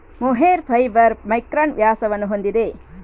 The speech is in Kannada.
ಮೊಹೇರ್ ಫೈಬರ್ ಮೈಕ್ರಾನ್ ವ್ಯಾಸವನ್ನು ಹೊಂದಿದೆ